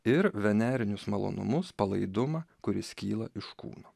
ir venerinius malonumus palaidumą kuris kyla iš kūno